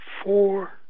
Four